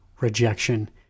rejection